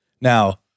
Now